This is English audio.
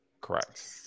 Correct